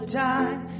time